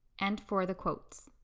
and for the quotes.